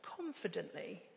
confidently